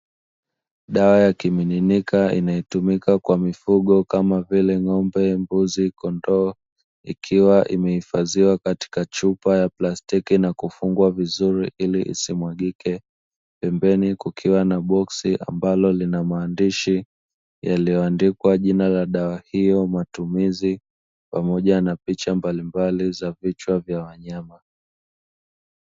Dawa ya kimiminika inayotumika kwa mifugo kama vile ng'ombe, mbuzi, kondoo, ikiwa imehifadhiwa katika chupa ya plastiki na kufungwa vizuri ili isimwagike. Pembeni kukiwa na boksi ambalo lina maandishi yaliyoandikwa jina la dawa hiyo, matumizi, pamoja na picha mbalimbali za vichwa vya wanyama.